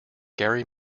gary